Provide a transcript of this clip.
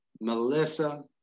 Melissa